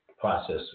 process